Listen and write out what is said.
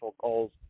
calls